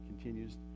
continues